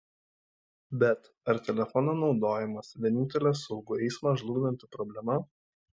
bet ar telefono naudojimas vienintelė saugų eismą žlugdanti problema